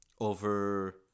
Over